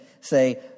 say